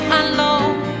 alone